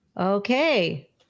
okay